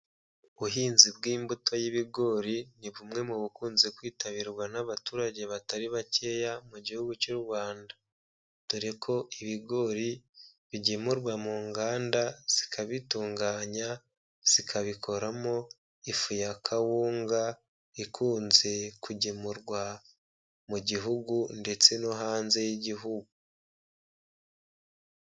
Ubuhinzi bw'imbuto y'ibigori ni bumwe mu bakunze kwitabirwa n'abaturage batari bakeya mu gihugu cy'u Rwanda, dore ko ibigori bigemurwa mu nganda zikabitunganya, zikabikoramo ifu ya kawunga ikunze kugemurwa mu gihugu ndetse no hanze y'igihugu.